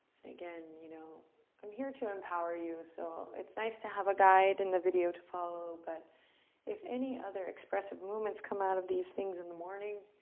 and again you know i'm here to empower you, so it's nice to have a guide and a video to follow, but if any other expressive movements come out of these things in the morning,